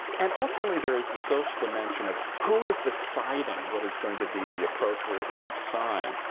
and ultimately, there is the social dimension of who is deciding what is going to be the appropriate sign,